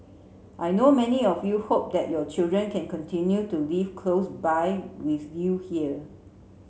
I know many of you hope that your children can continue to live close by with you here